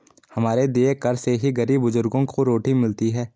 हमारे दिए कर से ही गरीब बुजुर्गों को रोटी मिलती है